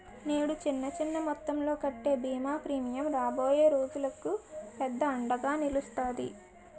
నేడు చిన్న చిన్న మొత్తంలో కట్టే బీమా ప్రీమియం రాబోయే రోజులకు పెద్ద అండగా నిలుస్తాది